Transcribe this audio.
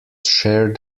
share